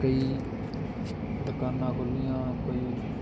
ਕਈ ਦੁਕਾਨਾਂ ਖੁੱਲ੍ਹੀਆਂ ਕੋਈ